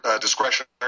discretionary